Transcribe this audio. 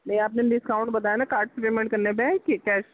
جی آپ نے ڈسکاؤنٹ بتایا نا کارڈ سے پیمنٹ کرنے پہ ہے کہ کیش